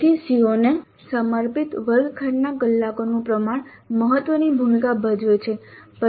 તેથી CO ને સમર્પિત વર્ગખંડના કલાકોનું પ્રમાણ મહત્વની ભૂમિકા ભજવે છે